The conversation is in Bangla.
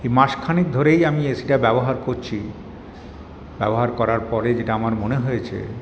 এই মাসখানেক ধরেই আমি এসিটা ব্যবহার করছি ব্যবহার করার পরে যেটা আমার মনে হয়েছে